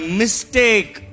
mistake